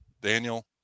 Daniel